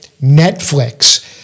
Netflix